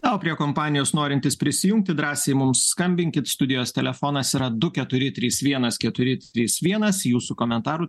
na o prie kompanijos norintys prisijungti drąsiai mums skambinkit studijos telefonas yra du keturi trys vienas keturi trys vienas jūsų komentarų